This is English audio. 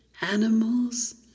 animals